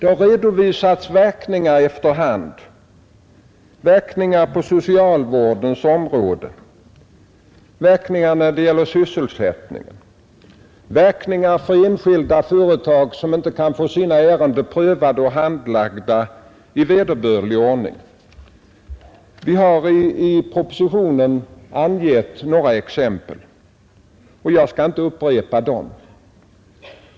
Efter hand har redovisats verkningar på socialvårdens område, verkningar när det gäller sysselsättningen, verkningar för enskilda företag som inte kan få sina ärenden prövade och handlagda i vederbörlig ordning. Vi har i propositionen angett några exempel och jag skall inte upprepa dem.